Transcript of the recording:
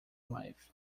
life